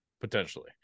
Potentially